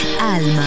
Alma